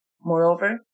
Moreover